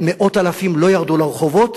מאות אלפים לא ירדו לרחובות,